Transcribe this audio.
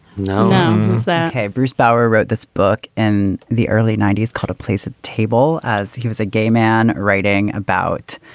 no. is that a bruce bauer wrote this book in the early ninety s kind of place a table as he was a gay man writing writing about